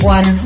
One